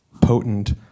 potent